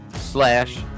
slash